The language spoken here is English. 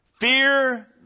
fear